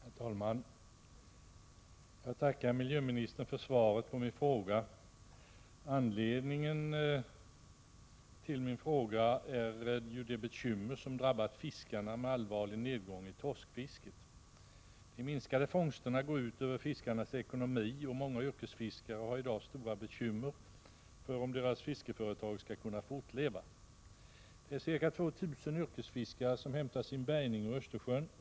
Herr talman! Jag tackar miljöministern för svaret på min fråga. Anledningen till min fråga är de bekymmer som drabbat fiskarna med allvarlig nedgång i torskfisket. De minskade fångsterna går ut över fiskarnas ekonomi, och många yrkesfiskare har i dag stora bekymmer för att deras fiskeföretag inte skall kunna fortleva. Det är ca 2 000 yrkesfiskare som hämtar sin bärgning ur Östersjön.